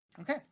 Okay